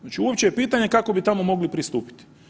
Znači, uopće je pitanje kako bi tamo mogli pristupiti.